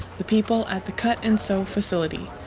the people at the cut and sew facility.